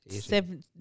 seven